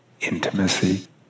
Intimacy